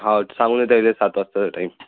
हाव सांगून ठेवलं आहे सात वाजताचं टाईम